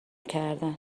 کردن